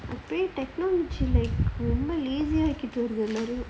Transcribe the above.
I pay that time ரொம்ப இருக்கு:romba:irukku